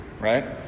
right